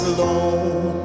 Alone